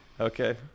okay